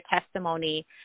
testimony